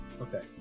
okay